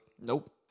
Nope